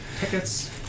tickets